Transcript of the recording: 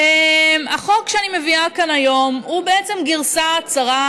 החוק שאני מביאה כאן היום הוא בעצם גרסה צרה